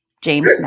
James